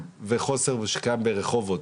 וחוסר שקיים ברחובות,